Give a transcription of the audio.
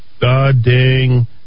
god-dang